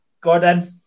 Gordon